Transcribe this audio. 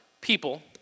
people